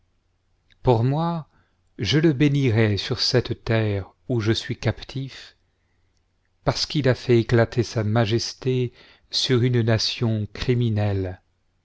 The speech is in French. pour moi je le bénirai sur cette terre où je suis captif parce qu'il a fait éclater sa majesté sur une nation criminelle